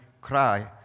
cry